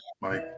Mike